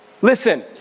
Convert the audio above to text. Listen